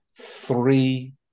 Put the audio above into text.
Three